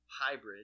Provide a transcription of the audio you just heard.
hybrid